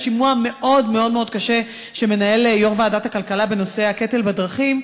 השימוע המאוד-מאוד קשה שמנהל יושב-ראש ועדת הכלכלה בנושא הקטל בדרכים,